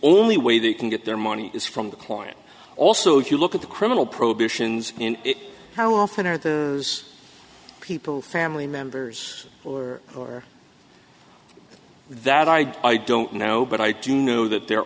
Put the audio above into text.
only way they can get their money is from the point also you look at the criminal probations in how often are the people family members or or that i i don't know but i do know that there